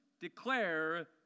declare